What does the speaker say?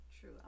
True